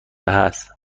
است